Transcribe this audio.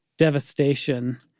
devastation